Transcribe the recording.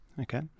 okay